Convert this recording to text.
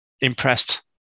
impressed